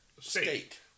state